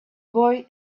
boy